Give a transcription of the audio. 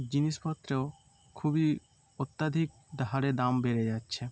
জিনিসপত্র খুবই অত্যাধিক হারে দাম বেড়ে যাচ্ছে